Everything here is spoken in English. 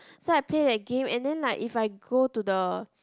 so I play that game and then like if I go to the